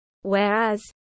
Whereas